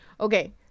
okay